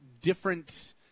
different